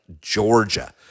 Georgia